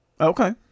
Okay